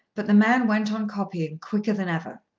but the man went on copying quicker than ever.